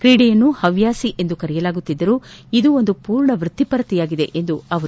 ಕ್ರೀಡೆಯನ್ನು ಹವ್ಯಾಸಿ ಎಂದು ಕರೆಯಲಾಗುತ್ತಿದ್ದರು ಇದೂ ಒಂದು ಪೂರ್ಣ ವೃತ್ತಿಪರತೆಯಾಗಿದೆ ಎಂದರು